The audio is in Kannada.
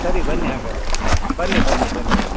ಸರಿ ಬನ್ನಿ ಹಾಗಾದರೆ ಬನ್ನಿ ಬನ್ನಿ ಬನ್ನಿ